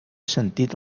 sentit